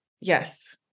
yes